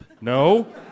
No